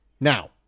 Now